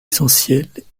essentielles